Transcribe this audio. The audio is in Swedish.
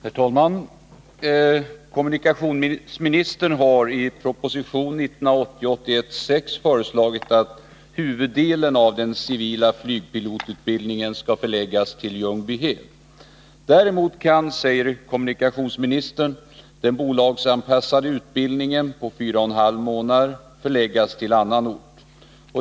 Herr talman! Kommunikationsministern har i proposition 1980/81:6 föreslagit att huvuddelen av den civila flygpilotutbildningen skall förläggas till Ljungbyhed. Däremot kan, säger kommunikationsministern, den bolagsanpassade utbildningen på fyra och en halv månad förläggas till annan ort.